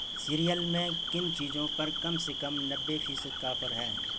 serial میں کن چیزوں پر کم سے کم نبے فیصد کا آفر ہے